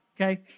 okay